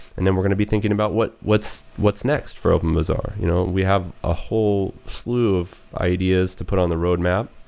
and then we're going to be thinking about what's what's next for openbazaar you know we have a whole slew of ideas to put on the roadmap,